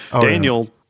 Daniel